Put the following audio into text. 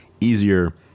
easier